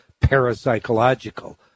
parapsychological